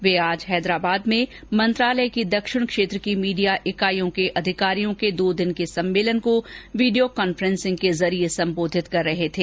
वे आज हैदराबाद में मंत्रालय की दक्षिण क्षेत्र की मीडिया इकाईयों के अधिकारियों के दो दिन के सम्मेलन को वीडियो कांफ्रेंसिंग के जरिये संबोधित कर रहे थे